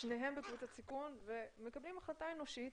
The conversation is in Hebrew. ושניהם בסיכון ומקבלים החלטה אנושית,